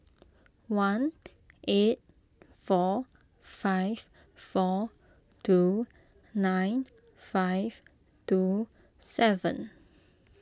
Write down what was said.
one eight four five four two nine five two seven